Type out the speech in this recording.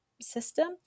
system